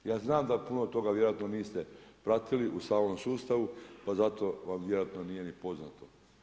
Ja znam da puno toga vjerojatno niste pratili u samom sustavu pa zato vam vjerojatno nije ni poznato.